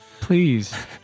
Please